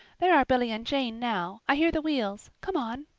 there are billy and jane now i hear the wheels. come on.